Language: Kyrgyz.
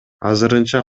азырынча